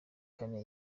kane